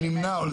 שני נמנעים.